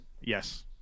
Yes